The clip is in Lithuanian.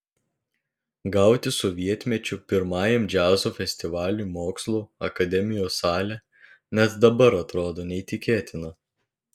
gauti sovietmečiu pirmajam džiazo festivaliui mokslų akademijos salę net dabar atrodo neįtikėtina